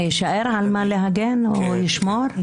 יישאר על מה להגן או לשמור?